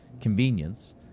convenience